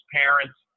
parents